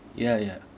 ya ya